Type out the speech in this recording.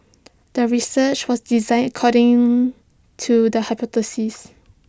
the research was designed according to the hypothesis